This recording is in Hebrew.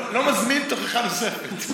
לא מזמין תוכחה נוספת.